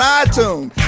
iTunes